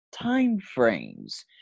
timeframes